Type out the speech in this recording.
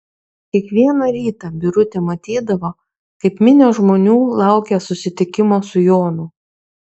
kiekvieną rytą birutė matydavo kaip minios žmonių laukia susitikimo su jonu